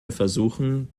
versuchen